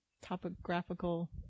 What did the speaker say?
topographical